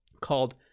called